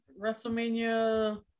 WrestleMania